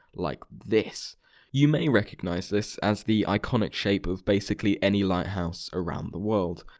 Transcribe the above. like this you may recognize this as the iconic shape of basically any lighthouse around the world.